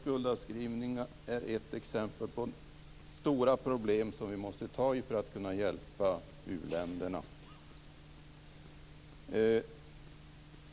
Skuldavskrivningar är ett exempel på stora problem som vi måste ta tag i för att kunna hjälpa uländerna.